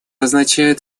означает